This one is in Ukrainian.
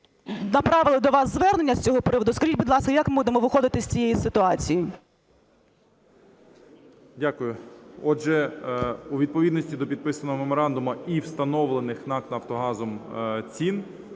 направили до вас звернення з цього приводу. Скажіть, будь ласка, як ми будемо виходити з цієї ситуації? 10:49:54 ШМИГАЛЬ Д.А. Дякую. Отже, у відповідності до підписаного меморандуму і встановлених НАК "Нафтогазом" цін